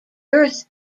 girth